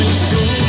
school